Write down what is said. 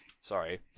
Sorry